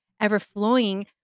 ever-flowing